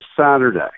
Saturday